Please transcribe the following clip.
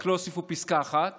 רק לא הוסיפו פסקה אחת